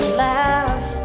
laugh